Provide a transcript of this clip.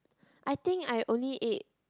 I think I only ate